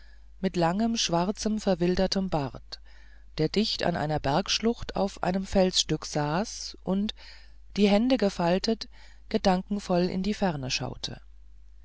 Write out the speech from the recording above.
mit langem schwarzem verwildertem bart der dicht an einer bergschlucht auf einem felsstück saß und die hände gefaltet gedankenvoll in die ferne schaute